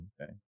Okay